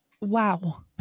Wow